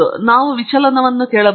ನಾವು ವಿಚಲನವನ್ನು ಕೇಳಬಹುದು